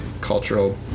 cultural